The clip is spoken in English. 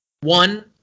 One